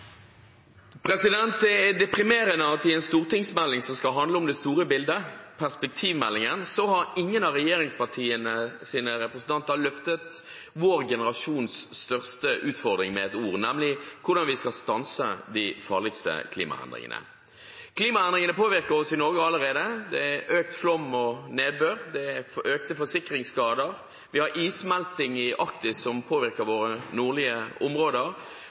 deprimerende at i forbindelse med en stortingsmelding som skal handle om det store bildet, perspektivmeldingen, har ingen av regjeringspartienes representanter løftet vår generasjons største utfordring med ett ord, nemlig hvordan vi skal stanse de farligste klimaendringene. Klimaendringene påvirker oss i Norge allerede. Det er økt flom og nedbør. Det er økt antall forsikringsskader. Vi har issmelting i Arktis som påvirker våre nordlige områder.